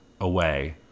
away